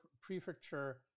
Prefecture